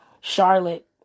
Charlotte